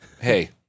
Hey